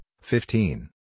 fifteen